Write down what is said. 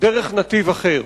דרך נתיב אחר.